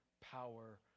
power